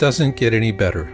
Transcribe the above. doesn't get any better